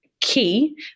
key